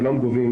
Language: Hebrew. כולם גובים